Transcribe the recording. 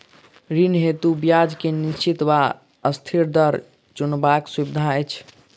ऋण हेतु ब्याज केँ निश्चित वा अस्थिर दर चुनबाक सुविधा अछि